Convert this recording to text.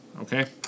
Okay